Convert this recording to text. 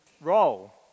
role